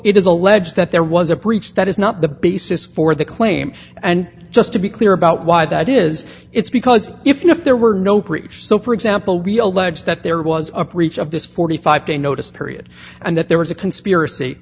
it is alleged that there was a breach that is not the basis for the claim and just to be clear about why that is it's because if there were no preach so for example we allege that there was a preach of this forty five dollars day notice period and that there was a conspiracy